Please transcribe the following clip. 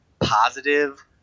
positive